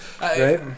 Right